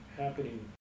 happening